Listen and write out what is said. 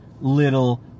little